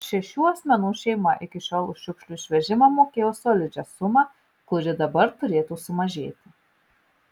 šešių asmenų šeima iki šiol už šiukšlių išvežimą mokėjo solidžią sumą kuri dabar turėtų sumažėti